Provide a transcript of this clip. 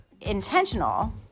intentional